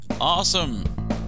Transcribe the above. Awesome